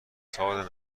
سال